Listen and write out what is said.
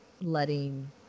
letting